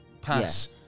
pass